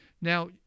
Now